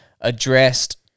addressed